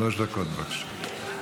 שלוש דקות, בבקשה.